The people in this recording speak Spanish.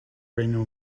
reino